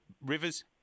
rivers